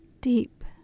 Deep